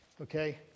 Okay